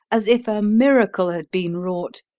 as if a miracle had been wrought,